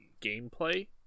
gameplay